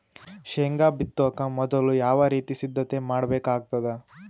ಶೇಂಗಾ ಬಿತ್ತೊಕ ಮೊದಲು ಯಾವ ರೀತಿ ಸಿದ್ಧತೆ ಮಾಡ್ಬೇಕಾಗತದ?